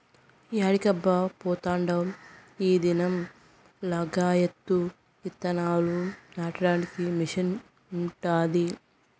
యాడికబ్బా పోతాండావ్ ఈ దినం లగాయత్తు ఇత్తనాలు నాటడానికి మిషన్ ఉండాది